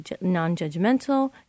non-judgmental